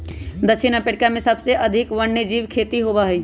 दक्षिण अफ्रीका में सबसे अधिक वन्यजीव खेती होबा हई